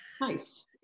Nice